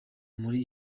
muri